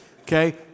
Okay